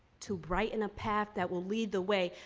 to brighten a path that will lead the way.